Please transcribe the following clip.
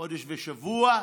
חודש ושבוע,